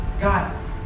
guys